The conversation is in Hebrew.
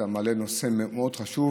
אתה מעלה נושא מאוד חשוב.